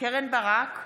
קרן ברק,